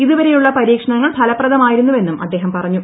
ഇതുവരെയുള്ള പരീക്ഷണങ്ങൾ ഫലപ്രദമായിരുന്നൂപ്പ്ന്റും അദ്ദേഹം പറഞ്ഞു